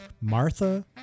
Martha